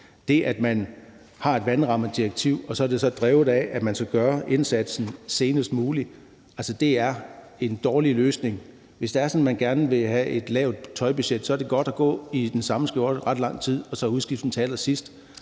Det, at man har et vandrammedirektiv, og så er det så drevet af, at man skal gøre indsatsen senest muligt, er en dårlig løsning. Hvis det er sådan, at man gerne vil have et lavt tøjbudget, er det godt at gå i den samme skjorte ret lang tid og så udskifte den til allersidst,